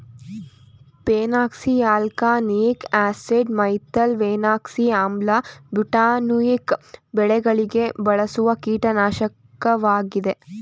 phenoxyalkanoic acid, methylphenoxy ಆಮ್ಲ, butanoic ಬೆಳೆಗಳಿಗೆ ಬಳಸುವ ಕೀಟನಾಶಕವಾಗಿದೆ